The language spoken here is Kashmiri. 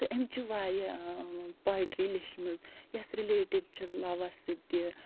تہٕ اَمہِ چہِ وارِیاہ پویٹرٛی لیچھمٕژ یَس رِلیٹڈ چھِ لَوَس سۭتۍ تہِ